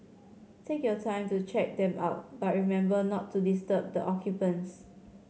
take your time to check them out but remember not to disturb the occupants